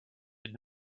did